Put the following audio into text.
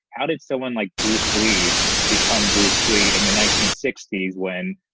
how did someone like bruce lee become bruce lee in the nineteen sixty s when